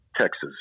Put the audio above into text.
texas